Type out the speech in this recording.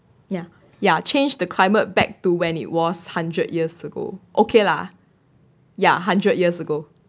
ya ya change the climate back to when it was a hundred years ago okay lah ya hundred years ago